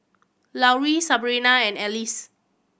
Lauri Sabrina and Alcie